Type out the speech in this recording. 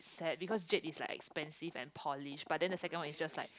sad because Jade is like expensive and polished but then the second one is just like